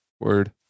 Word